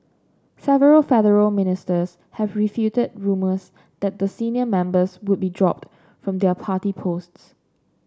several federal ministers have refuted rumours that the senior members would be dropped from their party posts